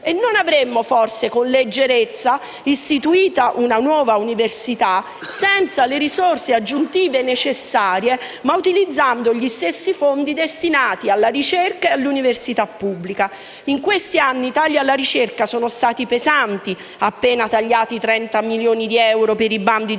non avremmo istituito, forse con leggerezza, una nuova università senza le risorse aggiuntive necessarie, ma utilizzando gli stessi fondi destinati all'università e ricerca pubblica. In questi anni i tagli alla ricerca sono stati pesanti (sono stati appena tagliati 30 milioni di euro per i bandi di